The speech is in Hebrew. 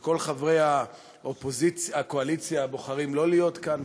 כשכל חברי הקואליציה בוחרים שלא להיות כאן,